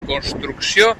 construcció